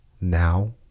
now